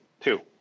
two